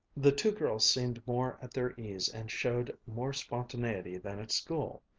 the two girls seemed more at their ease and showed more spontaneity than at school.